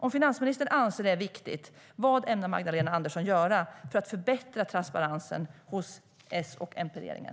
Om finansministern anser att det är viktigt, vad ämnar Magdalena Andersson göra för att förbättra transparensen hos S-MP-regeringen?